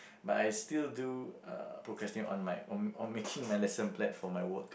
but I still do uh procrastinate on my on making my lesson plan for my work